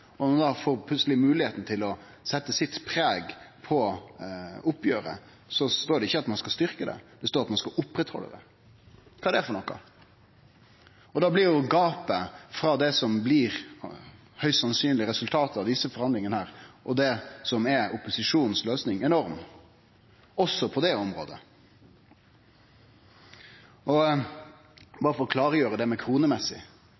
til å setje sitt preg på oppgjeret, skriv ein ikkje at ein skal styrkje satsinga, men at ein skal oppretthalde ho. Kva er det for noko? Då blir gapet frå det som høgst sannsynleg blir resultatet av desse forhandlingane, og det som er opposisjonens løysing, enorm, også på det området. Berre for å klargjere dette med det kronemessige: For SV var det rett og